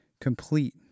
complete